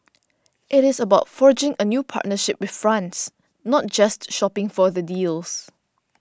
it is about forging a new partnership with France not just shopping for the deals